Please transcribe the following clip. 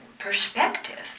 perspective